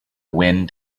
wind